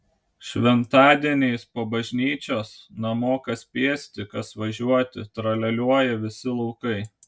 šventadieniais po bažnyčios namo kas pėsti kas važiuoti tralialiuoja visi laukai